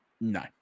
No